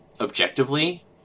objectively